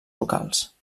locals